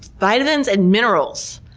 vitamins and minerals,